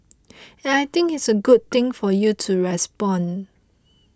and I think it is a good thing for you to respond